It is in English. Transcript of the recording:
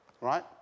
right